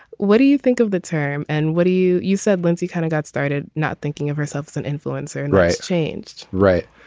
what do you think of the term and what do you. you said lindsay kind of got started not thinking of herself as an influence and right changed right.